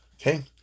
Okay